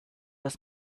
was